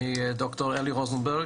שמי ד"ר אלי רוזנברג,